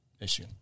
issue